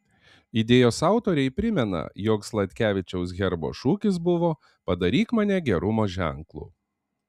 idėjos autoriai primena jog sladkevičiaus herbo šūkis buvo padaryk mane gerumo ženklu